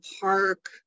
park